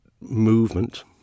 movement